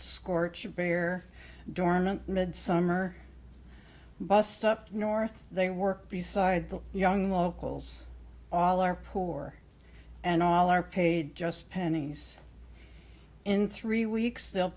should bear dormant mid summer bust up north they work beside the young locals all are poor and all are paid just pennies in three weeks they'll